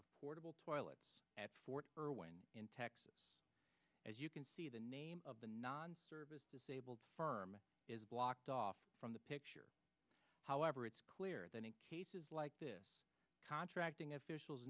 portable toilets at fort irwin in texas as you can see the name of the non disabled firm is blocked off from the picture however it's clear that in cases like this contracting officials